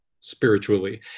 spiritually